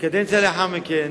בקדנציה לאחר מכן,